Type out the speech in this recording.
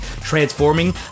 transforming